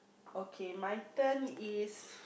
okay my turn is